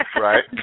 Right